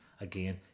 Again